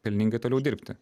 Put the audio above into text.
pelningai toliau dirbti